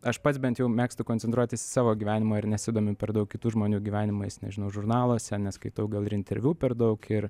aš pats bent jau mėgstu koncentruotis į savo gyvenimą ir nesidomiu per daug kitų žmonių gyvenimais nežinau žurnaluose neskaitau gal ir interviu per daug ir